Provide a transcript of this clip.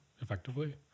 effectively